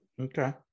Okay